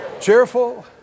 cheerful